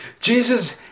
Jesus